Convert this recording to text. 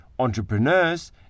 entrepreneurs